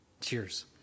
Cheers